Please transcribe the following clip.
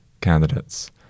candidates